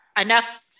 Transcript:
enough